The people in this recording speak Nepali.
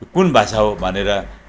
कुन भाषा हो भनेर